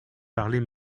parler